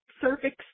cervix